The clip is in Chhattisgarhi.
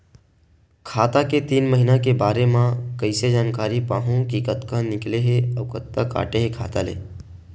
खाता के तीन महिना के बारे मा कइसे जानकारी पाहूं कि कतका निकले हे अउ कतका काटे हे खाता ले?